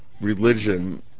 religion